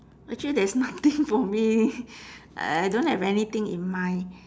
actually there is nothing for me I don't have anything in mind